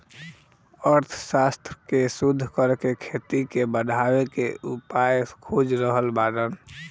अर्थशास्त्र के शोध करके खेती के बढ़ावे के उपाय खोज रहल बाड़न